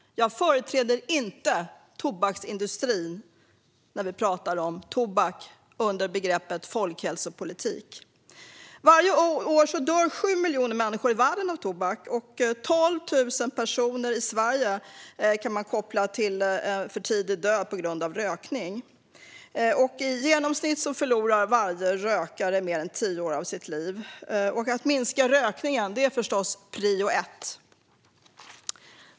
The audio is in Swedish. Jag företräder inte tobaksindustrin när vi talar om tobak under begreppet folkhälsopolitik. Varje år dör 7 miljoner människor i världen av tobak. 12 000 dödsfall per år i Sverige kan kopplas till en för tidig död på grund av rökning. I genomsnitt förlorar varje rökare mer än tio år av sitt liv. Att minska rökningen är förstås prio ett.